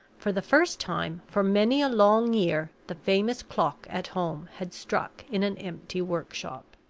for the first time, for many a long year, the famous clock at home had struck in an empty workshop.